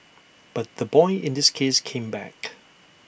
but the boy in this case came back